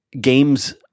games